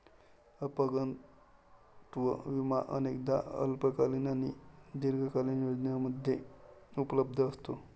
अपंगत्व विमा अनेकदा अल्पकालीन आणि दीर्घकालीन योजनांमध्ये उपलब्ध असतो